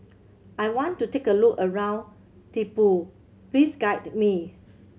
I want to take a look around Thimphu please guide me